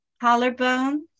collarbone